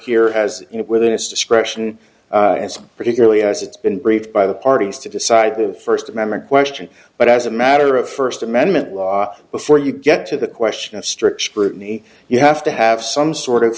here has it within its discretion as particularly as it's been briefed by the parties to decide the first amendment question but as a matter of first amendment law before you get to the question of strict scrutiny you have to have some sort of